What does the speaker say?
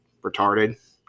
retarded